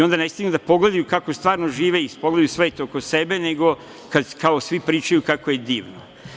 Onda ne stignu da pogledaju kako stvarno žive i da pogledaju svet oko sebe, nego kao svi pričaju kako je divno.